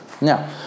Now